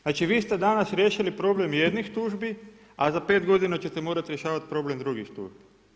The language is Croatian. Znači vi ste danas riješili problem jednih tužbi a za 5 godina ćete morati rješavati problem drugih tužbi.